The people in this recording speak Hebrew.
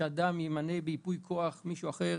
שאדם ימנה בייפויי כוח מישהו אחר.